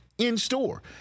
in-store